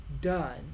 done